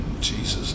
Jesus